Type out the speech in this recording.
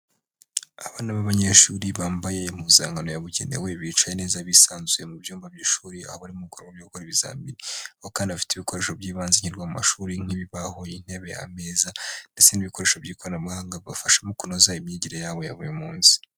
Abana b'abanyeshuri bambaye impuzankano yabugenewe, bicaye neza bisanzuye mu byumba by'ishuri, aho bari mu bikorwa byo gukora ibizamini kandi bafite ibikoresho by'ibanze nkenerwa mu mashuri nk'ibibaho, intebe, ameza ndetse n'ibikoresho by'ikoranabuhanga bibafasha mu kunoza imyigire yabo ya buri munsi.